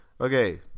Okay